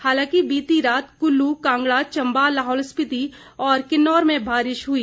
हालांकि बीती रात कुल्लू कांगड़ा चंबा लाहौल स्पीति और किन्नौर में बारिश हुई